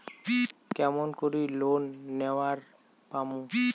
কেমন করি লোন নেওয়ার পামু?